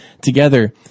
together